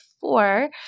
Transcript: four